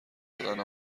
دادن